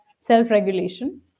self-regulation